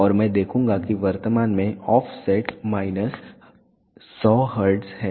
और मैं देखूंगा कि वर्तमान में ऑफसेट माइनस 100 हर्ट्ज है